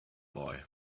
boy